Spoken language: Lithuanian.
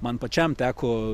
man pačiam teko